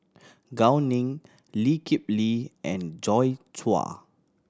Gao Ning Lee Kip Lee and Joi Chua